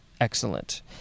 excellent